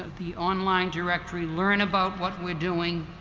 the online directory, learn about what we're doing.